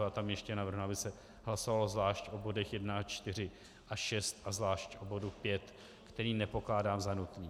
A tam ještě navrhnu, aby se hlasovalo zvlášť o bodech 1 a 4 a 6 a zvlášť o bodu 5, který nepokládám za nutný.